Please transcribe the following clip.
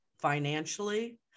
financially